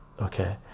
okay